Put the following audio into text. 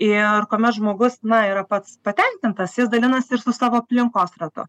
ir kuomet žmogus na yra pats patenkintas jis dalinasi ir su savo aplinkos ratu